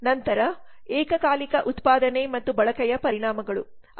ನಂತರ ಏಕಕಾಲಿಕ ಉತ್ಪಾದನೆ ಮತ್ತು ಬಳಕೆಯ ಪರಿಣಾಮಗಳು